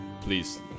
Please